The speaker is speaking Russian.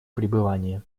пребывания